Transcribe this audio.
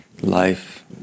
life